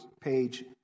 page